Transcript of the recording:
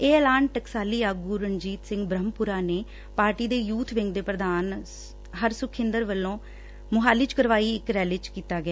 ਇਹ ਐਲਾਨ ਟਕਸਾਲੀ ਆਗੁ ਰਣਜੀਤ ਸਿੰਘ ਬ੍ਰਹਮਪੁਰਾ ਨੇ ਪਾਰਟੀ ਦੇ ਯੁਥ ਵਿੰਗ ਦੇ ਪ੍ਰਧਾਨ ਹਰਸੁਖਇੰਦਰ ਸਿੰਘ ਵੱਲੋਂ ਮੁਹਾਲੀ ਚ ਕਰਵਾਈ ਰੈਲੀ ਚ ਕੀਤਾ ਗਿਆ